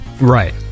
Right